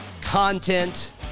content